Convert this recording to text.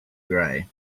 gray